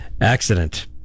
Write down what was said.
accident